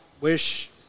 wish